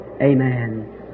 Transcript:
Amen